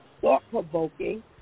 thought-provoking